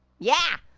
yeah.